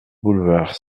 boulevard